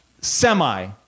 semi